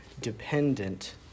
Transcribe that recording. dependent